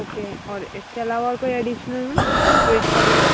okay और इस के अलावा और कोई एडिशनल में स्वीट्स वग़ैरह